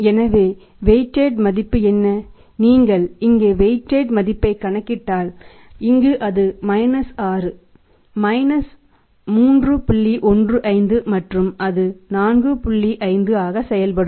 எனவே வைடிட் ஆகும்